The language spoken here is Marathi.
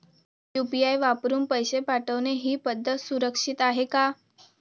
यु.पी.आय वापरून पैसे पाठवणे ही पद्धत सुरक्षित आहे का?